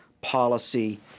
policy